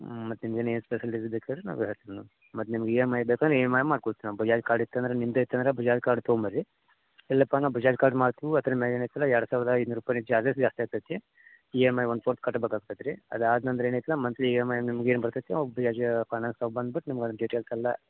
ಹ್ಞೂ ಮತ್ತು ಸ್ಪೆಷಲಿಟಿ ಬೇಕಾರೆ ನಾವೇ ಹಾಕಿ ಕೊಡುನ ಮತ್ತು ನಿಮಗೆ ಇ ಎಮ್ ಐ ಬೇಕನ್ ಇ ಎಮ್ ಐ ಮಾಡ್ಕೊಡ್ತೀನು ಬಜಾಜ್ ಕಾರ್ಡ್ ಇತಂದರೆ ನಿಮ್ಮದೆ ಇತಂದರೆ ಬಜಾಜ್ ಕಾರ್ಡ್ ತಗೊಂಬರ್ರಿ ಇಲ್ಲಪ್ಪ ನಾವು ಬಜಾಜ್ ಕಾರ್ಡ್ ಮಾಡ್ಸು ಅದ್ರ ಮ್ಯಾಗ ಏನು ಐತದೆ ಎರಡು ಸಾವಿರದ ಐನೂರ ರೂಪಾಯಿ ನಿಮ್ಮ ಚಾರ್ಜಸ್ ಜಾಸ್ತಿ ಆಗ್ತೈತಿ E M I one fourth ಕಟ್ಬೇಕು ಆಗ್ತೈತಿ ರೀ ಅದಾದ ನಂತ್ರ ಏನು ಐತ್ಲ ಮಂತ್ಲಿ ಇ ಎಮ್ ಐ ನಿಮಗೆ ಏನು ಬರ್ತೈತಿ ಅವು ಬೆಜಾಜ್ ಫೈನಾನ್ಸ್ದವ ಬಂದ್ಬಿಟ್ಟು ನಿಮಗೆ ಅದು ಡೀಟೇಲ್ಸ್ ಎಲ್ಲ